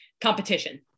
competition